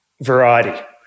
variety